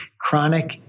chronic